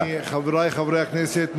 חברי חברי הכנסת,